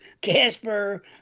casper